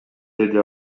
деди